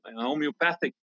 homeopathic